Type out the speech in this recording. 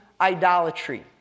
idolatry